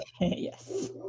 yes